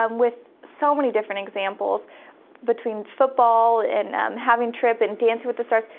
um with so many different examples between football, and um having tripp, and dancing with the stars.